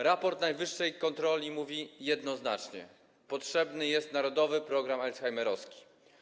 Raport Najwyższej Izby Kontroli mówi jednoznacznie: potrzebny jest narodowy program alzheimerowski.